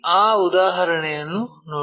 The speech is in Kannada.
ಆ ಉದಾಹರಣೆಯನ್ನು ನೋಡೋಣ